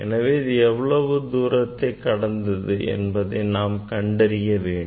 எனவே அது எவ்வளவு தூரத்தை கடந்தது என்பதை நாம் கண்டறிய வேண்டும்